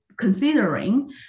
considering